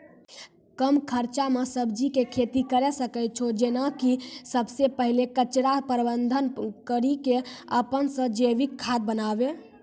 कम खर्च मे सब्जी के खेती करै सकै छौ जेना कि सबसे पहिले कचरा प्रबंधन कड़ी के अपन से जैविक खाद बनाबे?